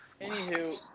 Anywho